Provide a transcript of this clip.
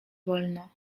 wolno